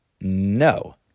No